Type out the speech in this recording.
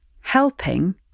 helping